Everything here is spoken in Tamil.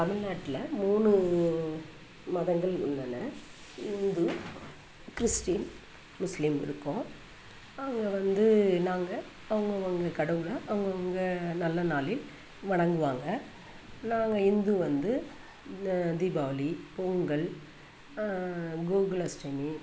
தமில்நாட்ல மூணு மதங்கள் உள்ளன இந்து கிறிஸ்ட்டின் முஸ்லீம் இருக்கோம் அவங்க வந்து நாங்க அவங்க அவங்க கடவுளை அவங்க அவங்க நல்ல நாளில் வணங்குவாங்க நாங்கள் இந்து வந்து இந்த தீபாவளி பொங்கல் கோகுலஷ்டமி